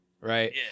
right